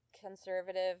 conservative